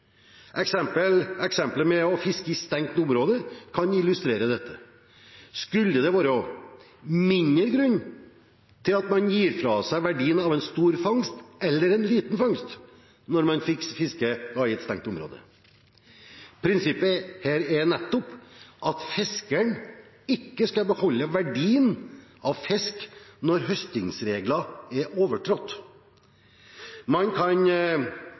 med å fiske i stengt område kan illustrere dette: Skulle det være mindre grunn til at man må gi fra seg verdien av en stor fangst enn en liten fangst, når man fisker i et stengt område? Prinsippet her er nettopp at fiskeren ikke skal få beholde verdien av fisk når høstingsregler er overtrådt. Man